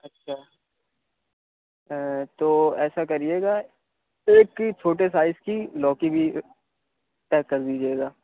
اچھا تو ایسا کریے گا ایک چھوٹے سائز کی لوکی بھی پیک کر دیجیے گا